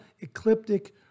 Ecliptic